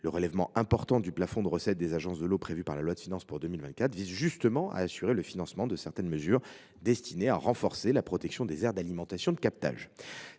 Le relèvement important du plafond de recettes des agences de l’eau prévu par la loi de finances pour 2024 vise justement à assurer le financement de certaines mesures destinées à renforcer la protection des aires d’alimentation de captage.